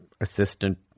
assistant